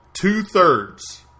two-thirds